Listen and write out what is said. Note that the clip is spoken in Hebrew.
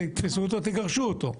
אתם תתפסו אותו ותגרשו אותו.